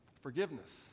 Forgiveness